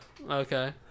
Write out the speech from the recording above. Okay